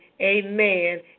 amen